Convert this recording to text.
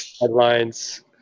headlines